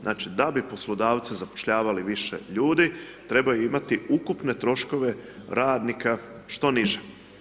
Znači da bi poslodavci zapošljavali više ljudi, trebaju imati ukupne troškove radnika što niže.